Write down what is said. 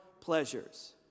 pleasures